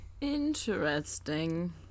Interesting